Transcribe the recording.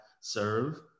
serve